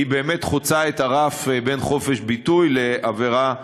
באמת חוצים את הרף בין חופש ביטוי לעבירה פלילית.